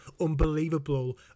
unbelievable